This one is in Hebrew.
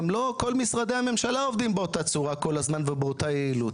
גם לא כל משרדי הממשלה עובדים באותה צורה כל הזמן ובאותה יעילות.